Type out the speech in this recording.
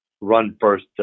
run-first